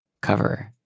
cover